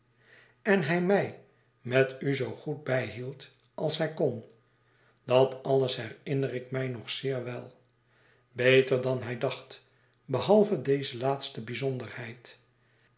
en hij mij met u zoo goed bijhield als hij kon dat alles herinner ik mij nog zeer wel beter dan hij dacht behalve